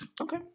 Okay